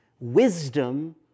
Wisdom